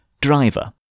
driver